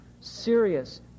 serious